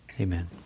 amen